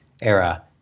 era